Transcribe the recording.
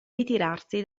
ritirarsi